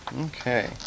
Okay